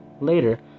Later